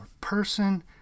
person